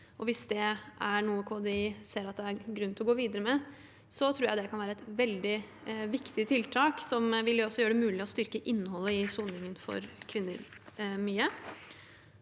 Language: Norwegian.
Hvis det er noe KDI ser at det er grunn til å gå videre med, tror jeg det kan være et veldig viktig tiltak som vil gjøre det mulig å styrke innholdet i soningen mye for kvinner.